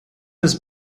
ist